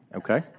okay